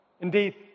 Indeed